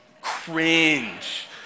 Cringe